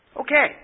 Okay